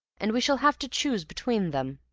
and we shall have to choose between them.